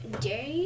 day